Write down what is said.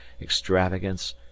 extravagance